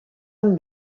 amb